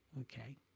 okay